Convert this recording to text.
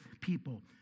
people